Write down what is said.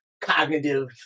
cognitive